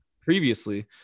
previously